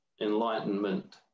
Enlightenment